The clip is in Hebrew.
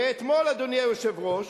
ואתמול, אדוני היושב-ראש,